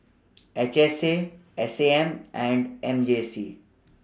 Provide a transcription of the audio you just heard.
H S A S A M and M J C